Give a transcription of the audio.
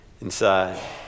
inside